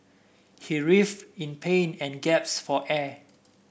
he writhed in pain and gasped for air